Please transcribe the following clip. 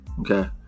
Okay